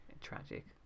tragic